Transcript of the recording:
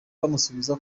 bamusubiza